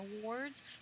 Awards